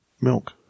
milk